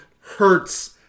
Hurts